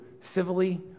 civilly